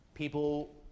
people